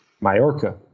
Majorca